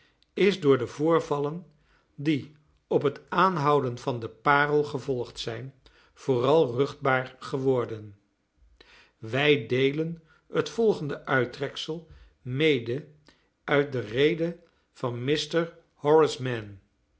is door de voorvallen die op het aanhouden van de parel gevolgd zijn vooral ruchtbaar geworden wij deelen het volgende uittreksel mede uit de rede van mr